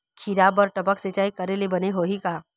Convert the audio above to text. खिरा बर टपक सिचाई करे ले बने होही का?